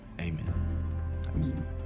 Amen